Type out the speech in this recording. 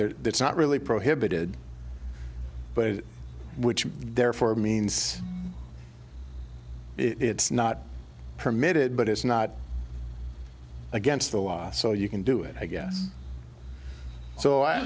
said there it's not really prohibited which therefore means it's not permitted but it's not against the law so you can do it i guess so i